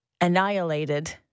annihilated